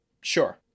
sure